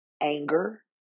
anger